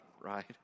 right